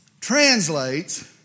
translates